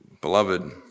beloved